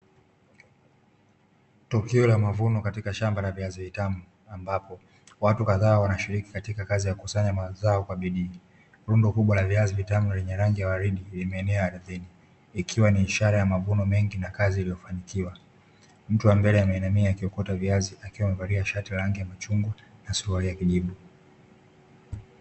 Tukio la mavuno katika shamba la viazi vitamu ambapo watu kadhaa wanashiriki katika kazi ya kukusanya mazao kwa bidii, rundo kubwa la viazi vitamu lenye rangi ya waridi limeenea ardhi ikiwa ni ishara ya mavuno mengi na kazi iliyofanikiwa. Mtu wa mbele ameinamia kiokota viazi akiwa amevalia shati rangi ya machungu na suruali kijivu.